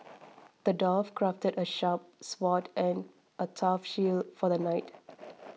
the dwarf crafted a sharp sword and a tough shield for the knight